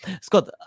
Scott